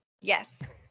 Yes